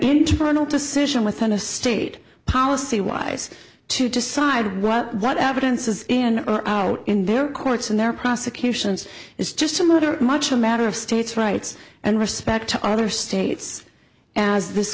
internal decision within a state policy wise to decide what that evidence is in or out in their courts in their prosecutions is just a matter much a matter of states rights and respect to other states as this